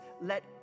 let